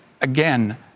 again